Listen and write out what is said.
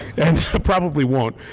and probably won't.